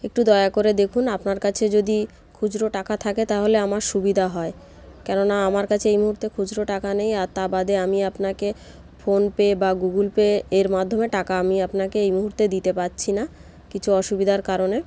একটু দয়া করে দেখুন আপনার কাছে যদি খুচরো টাকা থাকে তাহলে আমার সুবিধা হয় কেননা আমার কাছে এই মুহূর্তে খুচরো টাকা নেই আর তা বাদে আমি আপনাকে ফোনপে বা গুগুল পে এর মাধ্যমে টাকা আমি আপনাকে এই মুহূর্তে দিতে পারছি না কিছু অসুবিধার কারণে